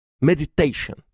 meditation